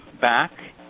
back